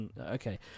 okay